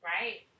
Right